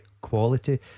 quality